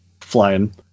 flying